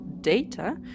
Data